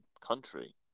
country